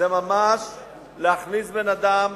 זה ממש להכניס בן-אדם,